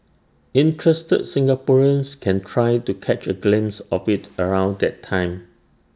interested Singaporeans can try to catch A glimpse of IT around that time